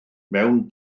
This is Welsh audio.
mewn